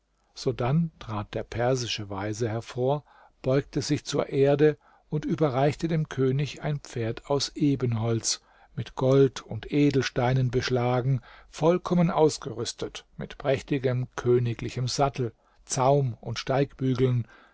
sodann trat der persische weise hervor beugte sich zur erde und überreichte dem könig ein pferd aus ebenholz mit gold und edelsteinen beschlagen vollkommen ausgerüstet mit prächtigem königlichem sattel zaum und steigbügeln